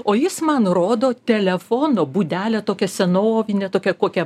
o jis man rodo telefono būdelę tokią senovinę tokią kokią